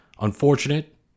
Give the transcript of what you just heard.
unfortunate